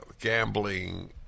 gambling